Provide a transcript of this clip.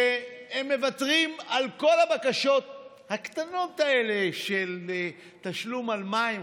שהם מוותרים על כל הבקשות הקטנות האלה של תשלום על מים,